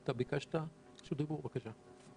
בבקשה.